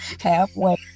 halfway